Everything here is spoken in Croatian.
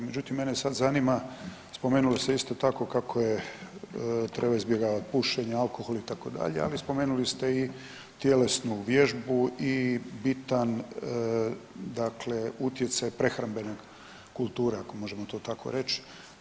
Međutim, mene sada zanima, spomenuli ste isto tako kako je treba izbjegavati pušenje, alkohol itd. ali spomenuli ste i tjelesnu vježbu i bitan dakle utjecaj prehrambene kulture možemo to tako reći.